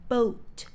Boat